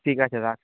ঠিক আছে রাখ